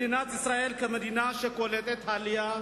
מדינת ישראל, כמדינה שקולטת עלייה